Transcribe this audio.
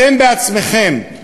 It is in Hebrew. אתם בעצמכם,